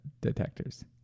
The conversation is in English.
detectors